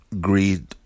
greed